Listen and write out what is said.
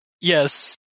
Yes